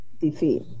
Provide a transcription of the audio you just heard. defeat